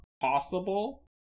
possible